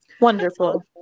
Wonderful